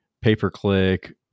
pay-per-click